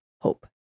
hope